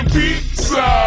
pizza